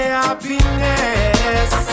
happiness